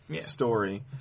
story